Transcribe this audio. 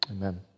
amen